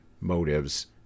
motives